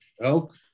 elk